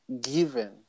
given